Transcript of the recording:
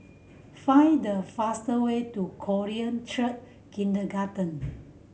find the fastest way to Korean Church Kindergarten